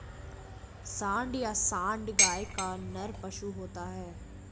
सांड या साँड़ गाय का नर पशु होता है